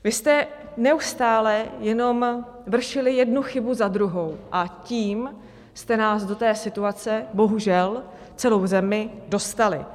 Vy jste neustále jenom vršili jednu chybu za druhou a tím jste nás do té situace, bohužel, celou zemi dostali.